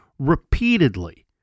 repeatedly